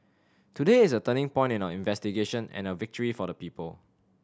today is a turning point in our investigation and a victory for the people